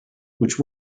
which